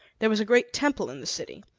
there was a great temple in the city,